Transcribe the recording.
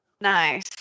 Nice